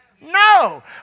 No